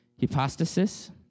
hypostasis